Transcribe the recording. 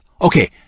okay